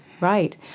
right